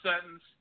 sentence